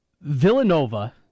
Villanova